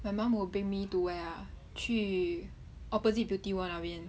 my mum will bring me to where ah 去 opposite beauty world 那边